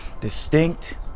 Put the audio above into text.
distinct